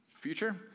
future